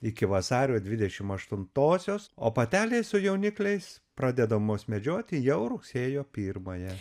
iki vasario dvidešim aštuntosios o patelės su jaunikliais pradedamos medžioti jau rugsėjo pirmąją